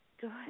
Good